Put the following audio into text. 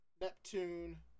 Neptune